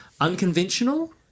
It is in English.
Unconventional